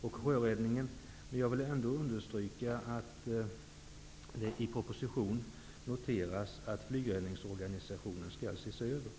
och sjöräddningen. Men jag vill understryka att det i propositionen noteras att flygräddningsorganisationen skall ses över.